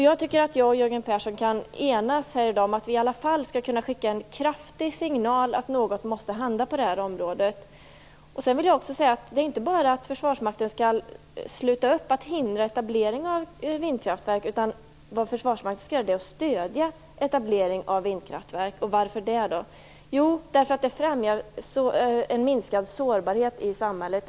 Jag tycker att jag och Jörgen Persson skall enas här i dag om att i alla fall skicka en kraftig signal om att något måste hända på det här området. Jag vill också säga att det inte bara är så att Försvarsmakten skall sluta upp att hindra etablering av vindkraftverk. Vad Försvarsmakten skall göra är att stödja etablering av vindkraftverk. Varför? Jo, för att det främjar en minskad sårbarhet i samhället.